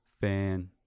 Fan